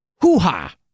hoo-ha